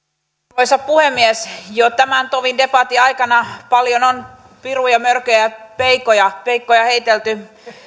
arvoisa puhemies jo tämän tovin debatin aikana paljon on piruja mörköjä ja peikkoja heitelty